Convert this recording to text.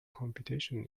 computation